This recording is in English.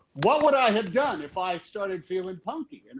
what would i have done if i had started feeling punky? and